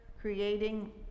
creating